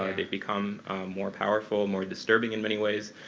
um they've become more powerful, more disturbing in many ways.